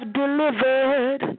delivered